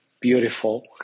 beautiful